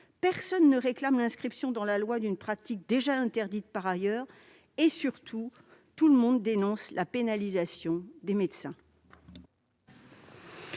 Personne ne réclame l'inscription dans la loi d'une pratique déjà interdite par ailleurs. Surtout, tout le monde dénonce la pénalisation des médecins.